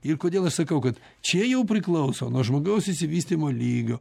ir kodėl aš sakau kad čia jau priklauso nuo žmogaus išsivystymo lygio